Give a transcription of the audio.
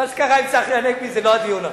מה שקרה עם צחי הנגבי זה לא הדיון עכשיו,